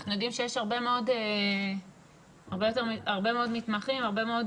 אנחנו יודעים שיש הרבה מאוד מתמחים והרבה מאוד